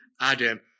Adam